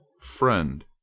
friend